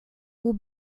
will